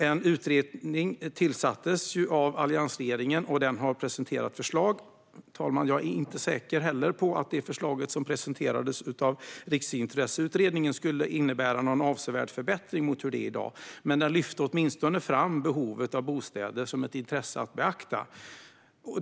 En utredning tillsattes av alliansregeringen, och den har presenterat förslag. Fru talman! Jag är inte säker på att det förslag som presenterades av Riksintresseutredningen skulle innebära någon avsevärd förbättring jämfört med hur det är i dag, men utredningen lyfte åtminstone fram behovet av bostäder som ett intresse att beakta.